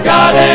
God